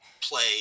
play